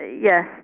yes